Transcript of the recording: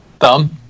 Thumb